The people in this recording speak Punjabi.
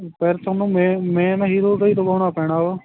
ਫਿਰ ਤੁਹਾਨੂੰ ਮੇਨ ਹੀਰੋ ਦਾ ਹੀ ਦਵਾਉਣਾ ਪੈਣਾ